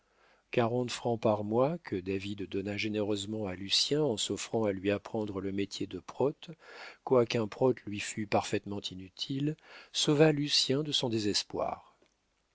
francs par mois que david donna généreusement à lucien en s'offrant à lui apprendre le métier de prote quoiqu'un prote lui fût parfaitement inutile sauva lucien de son désespoir